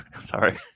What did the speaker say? Sorry